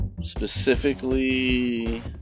Specifically